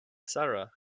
sara